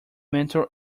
mental